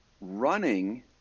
running